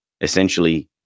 essentially